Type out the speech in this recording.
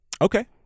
Okay